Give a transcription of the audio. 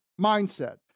mindset